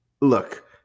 look